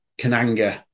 Kananga